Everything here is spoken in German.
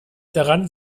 daran